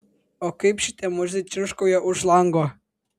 o kaip šitie murziai čirškauja už lango